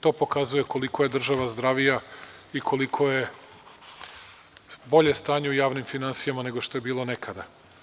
To pokazuje koliko je država zdravija i koliko je bolje stanje u javnim finansijama nego što je bilo nekada.